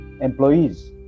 employees